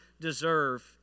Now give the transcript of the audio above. deserve